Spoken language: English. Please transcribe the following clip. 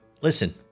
Listen